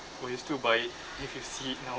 will you still buy it if you see it now